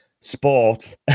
Sport